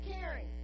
caring